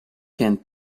kent